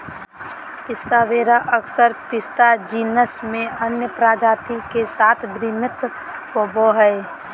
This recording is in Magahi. पिस्ता वेरा अक्सर पिस्ता जीनस में अन्य प्रजाति के साथ भ्रमित होबो हइ